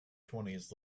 twenties